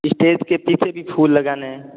stage के पीछे भी फूल लगाने हैं